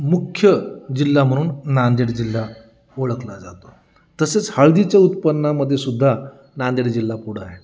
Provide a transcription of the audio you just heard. मुख्य जिल्हा म्हणून नांदेड जिल्हा ओळखला जातो तसेच हळदीच्या उत्पन्नामध्ये सुद्धा नांदेड जिल्हा पुढं आहे